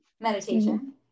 meditation